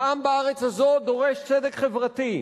העם בארץ הזו דורש צדק חברתי.